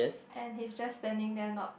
and he just standing there not